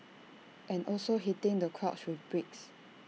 and also hitting the crotch with bricks